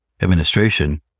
administration